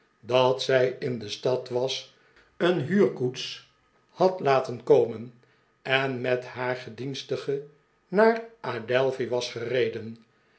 dat zij in de stad was een huurkoets had laten komen en met haar gedienstige naar de adelphi was gereden